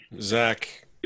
Zach